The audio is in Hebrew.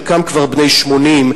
חלקם כבר בני 80,